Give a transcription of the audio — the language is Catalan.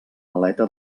aleta